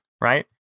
right